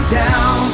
down